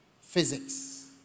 physics